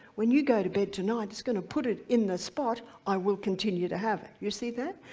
when you go to bed tonight it's gonna put it in the spot i will continue to have it, you see that?